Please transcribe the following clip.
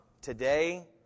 Today